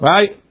Right